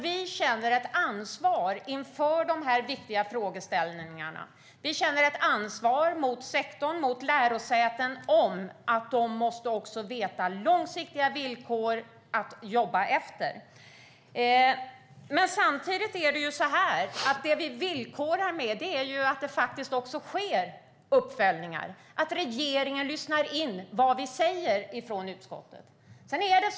Vi känner ett ansvar för dessa viktiga frågor. Vi känner ett ansvar mot sektorn, mot lärosätena, att de har långsiktiga villkor att jobba efter. Det vi villkorar med är att det sker uppföljningar, att regeringen lyssnar in vad utskottet säger.